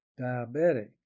diabetic